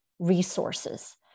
resources